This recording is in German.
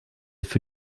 für